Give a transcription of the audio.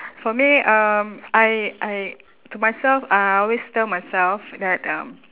for me um I I to myself uh I always tell myself that um